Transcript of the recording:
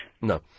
No